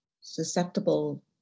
susceptible